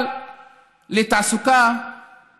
לתעסוקה,